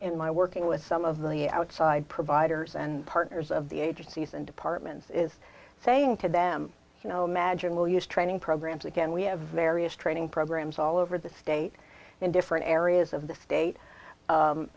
in my working with some of the outside providers and partners of the agencies and departments is saying to them you know imagine we'll use training programs again we have various training programs all over the state in different areas of the state